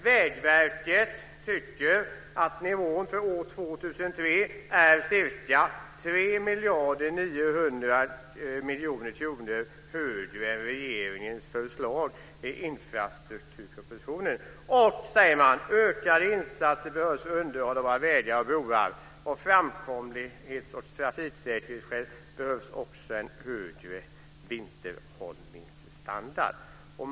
Vägverket tycker att nivån för år 2003 bör vara ca 3 900 miljoner kronor högre än regeringens förslag i infrastrukturpropositionen, och, säger man, ökade insatser behövs för underhåll av våra vägar och broar. Av framkomlighets och trafiksäkerhetsskäl behövs också en högre vinterhållningsstandard.